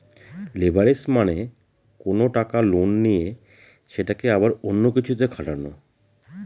leverage মানে কোনো টাকা লোনে নিয়ে সেটাকে আবার অন্য কিছুতে খাটানো